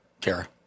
Kara